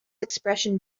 expression